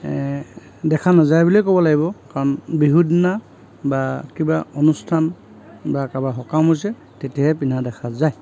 দেখা নাযায় বুলিয়ে ক'ব লাগিব কাৰণ বিহুৰদিনা বা কিবা অনুষ্ঠান বা কাৰোবাৰ সকাম হৈছে তেতিয়াহে পিন্ধা দেখা যায়